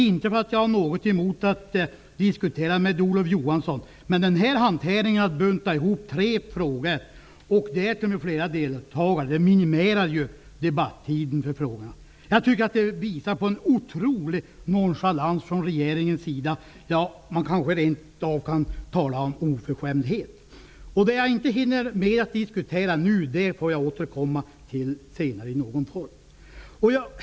Jag har naturligtvis ingenting emot att diskutera med Olof Johansson, men när man buntar ihop tre frågor, med flera deltagare i debatten, minimeras debattiden. Det visar på en otrolig nonchalans från regeringens sida. Man kanske rent av kan tala om oförskämdhet. Det jag inte hinner diskutera nu får jag återkomma till senare i någon form.